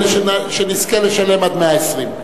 שנזכה לשלם עד מאה-ועשרים.